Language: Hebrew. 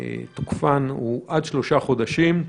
תוקפן הוא עד שלושה חודשים.